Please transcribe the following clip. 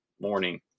morning